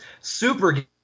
Super